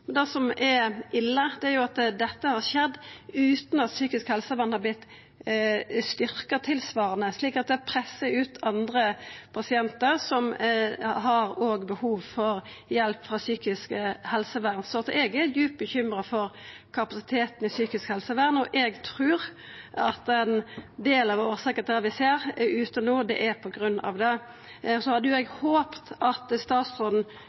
Det som er ille, er at dette har skjedd utan at psykisk helsevern har vorte styrkt tilsvarande, slik at det pressar ut andre pasientar som har behov for hjelp frå psykisk helsevern. Eg er djupt bekymra for kapasiteten i psykisk helsevern, og eg trur at dette er ein del av årsaka til det vi ser der ute no. Eg hadde håpt at statsråden